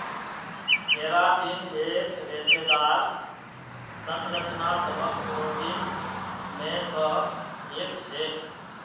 keratin एक रेशेदार संरचनात्मक प्रोटीन मे स एक छेक